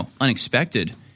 unexpected